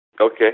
Okay